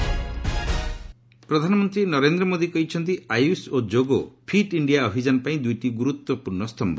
PM Yoga award ପ୍ରଧାନମନ୍ତ୍ରୀ ନରେନ୍ଦ୍ର ମୋଦି କହିଛନ୍ତି ଆୟୁଷ୍ ଓ ଯୋଗ ଫିଟ୍ ଇଣ୍ଡିଆ ଅଭିଯାନ ପାଇଁ ଦୁଇଟି ଗୁରୁତ୍ୱପୂର୍ଣ୍ଣ ସ୍ତମ୍ଭ